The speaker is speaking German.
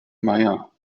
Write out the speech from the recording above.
mayer